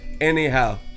anyhow